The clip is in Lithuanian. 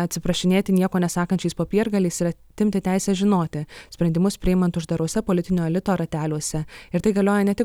atsiprašinėti nieko nesakančiais popiergaliais ir atimti teisę žinoti sprendimus priimant uždaruose politinio elito rateliuose ir tai galioja ne tik